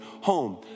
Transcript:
home